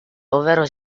ovvero